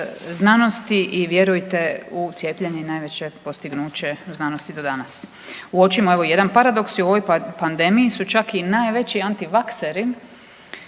i vjerujte u cijepljenje je najveće postignuće znanosti do danas. Uočimo evo i jedan paradoks i u ovoj pandemiji su čak i najveći antivakseri